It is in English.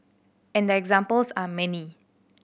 and the examples are many